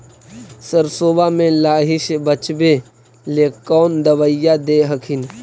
सरसोबा मे लाहि से बाचबे ले कौन दबइया दे हखिन?